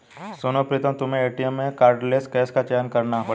सुनो प्रीतम तुम्हें एटीएम में कार्डलेस कैश का चयन करना पड़ेगा